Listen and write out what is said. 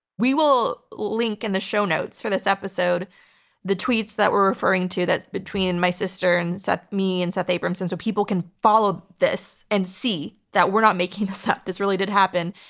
we will link in the show notes for this episode the tweets that we're referring to that's between my sister and me and seth abramson so people can follow this and see that we're not making this up. this really did happen.